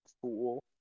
Cool